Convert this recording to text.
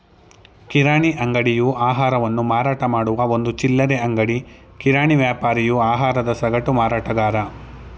ಕಿರಾಣಿ ಅಂಗಡಿಯು ಆಹಾರವನ್ನು ಮಾರಾಟಮಾಡುವ ಒಂದು ಚಿಲ್ಲರೆ ಅಂಗಡಿ ಕಿರಾಣಿ ವ್ಯಾಪಾರಿಯು ಆಹಾರದ ಸಗಟು ಮಾರಾಟಗಾರ